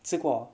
吃过 ah